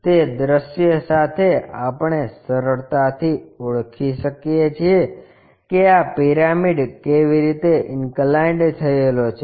તે દ્રશ્ય સાથે આપણે સરળતાથી ઓળખી શકીએ છીએ કે આ પિરામિડ કેવી રીતે ઇન્કલાઇન્ડ થયેલો છે